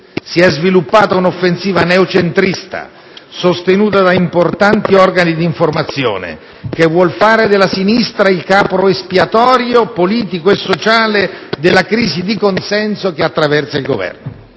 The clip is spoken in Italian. Si è sviluppata un'offensiva neocentrista, sostenuta da importanti organi d'informazione, che vuol fare della sinistra il capro espiatorio politico e sociale della crisi di consenso che attraversa il Governo.